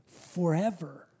forever